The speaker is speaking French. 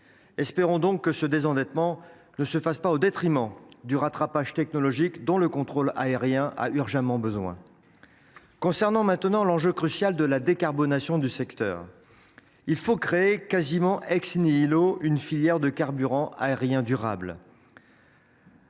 Formons le vœu que ce désendettement ne se fasse pas au détriment du rattrapage technologique dont le contrôle aérien a urgemment besoin. Concernant maintenant l’enjeu crucial de la décarbonation du secteur, il faut créer, quasiment, une filière de carburants aériens durables.